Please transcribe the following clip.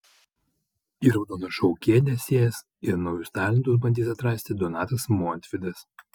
į raudoną šou kėdę sės ir naujus talentus bandys atrasti donatas montvydas